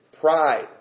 Pride